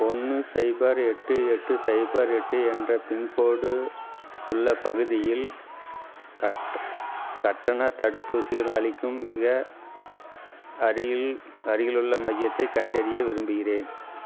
ஒன்று சைபர் எட்டு எட்டு சைபர் எட்டு என்ற பின்கோடு உள்ள பகுதியில் கட் கட்டணத் தடுப்பூசிகள் அளிக்கும் மிக அருகில் அருகிலுள்ள மையத்தைக் கண்டறிய விரும்புகிறேன்